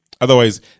Otherwise